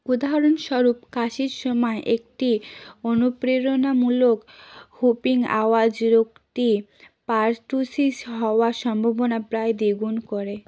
উদাহরণস্বরূপ কাশির সময় একটি অনুপ্রেরণামূলক হুপিং আওয়াজ রোগটি পারটুসিস হওয়ার সম্ভাবনা প্রায় দ্বিগুণ করে